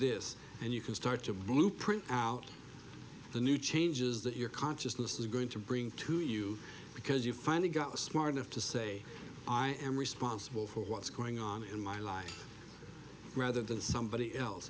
this and you can start a blue print out the new changes that your consciousness is going to bring to you because you finally got smart enough to say i am responsible for what's going on in my life rather than somebody else